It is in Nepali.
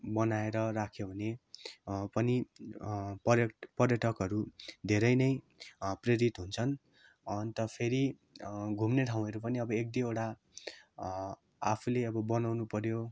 बनाएर राख्यो भने पनि पर्यट पर्यटकहरू धेरै नै प्रेरित हुन्छन् अन्त फेरि घुम्ने ठाउँहरू पनि एक दुइवटा आफूले अब बनाउनु पर्यो